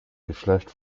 geschlecht